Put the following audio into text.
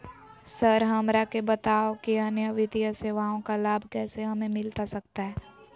Sir हमरा के बताओ कि अन्य वित्तीय सेवाओं का लाभ कैसे हमें मिलता सकता है?